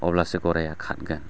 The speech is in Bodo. अब्लासो गराइआ खारगोन